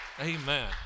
amen